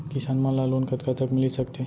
किसान मन ला लोन कतका तक मिलिस सकथे?